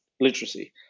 literacy